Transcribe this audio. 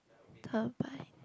campaign